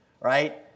Right